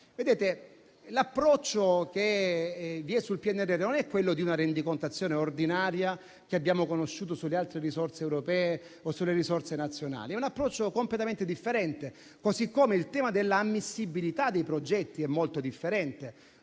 L'approccio che vi è sul PNRR non è quello della rendicontazione ordinaria che abbiamo conosciuto sulle altre risorse europee o sulle risorse nazionali: è un approccio completamente differente, così com'è molto differente il tema dell'ammissibilità dei progetti. C'è un